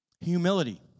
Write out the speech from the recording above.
Humility